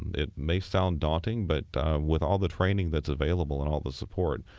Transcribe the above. it may sound daunting, but with all the training that's available and all the support,